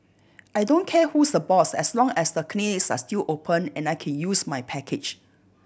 I don't care who's the boss as long as the clinics are still open and I can use my package